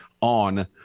on